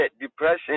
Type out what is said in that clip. depression